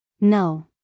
No